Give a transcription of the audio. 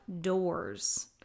doors